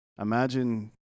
imagine